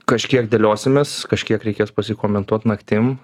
kažkiek dėliosimės kažkiek reikės pasikomentuot naktim